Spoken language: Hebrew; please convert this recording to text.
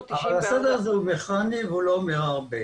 אבל הסדר הזה הוא מכני והוא לא אומר הרבה,